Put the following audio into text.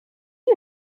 you